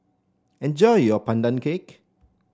enjoy your Pandan Cake